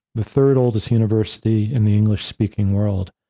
the third oldest university in the english-speaking world.